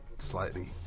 slightly